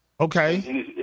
Okay